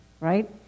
right